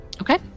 okay